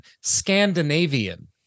scandinavian